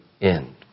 end